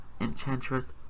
Enchantress